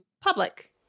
public